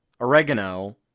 oregano